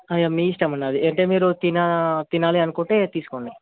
అయ్యో మీ ఇష్టం అండి అది అంటే మీరు తినా తినాలి అనుకుంటే తీసుకోండి